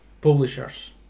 publishers